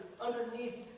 underneath